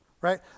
right